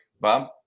Bob